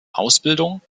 ausbildung